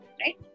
right